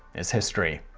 is history.